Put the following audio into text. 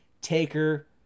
taker